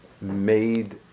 made